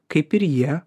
kaip ir jie